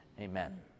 Amen